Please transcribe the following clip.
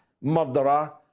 murderer